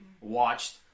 watched